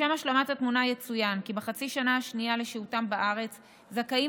לשם השלמת התמונה יצוין כי בחצי השנה השנייה לשהותם בארץ זכאים